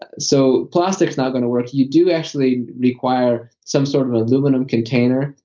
so, plastic is not going to work. you do actually require some sort of aluminum container.